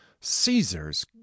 Caesar's